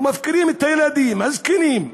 ומפקירים את הילדים, הזקנים,